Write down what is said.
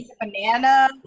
banana